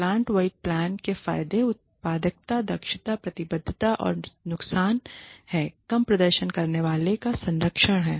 plant wide plan के फायदे उत्पादकता दक्षता प्रतिबद्धता हैं और नुकसान है कम प्रदर्शन करने वाले का संरक्षण है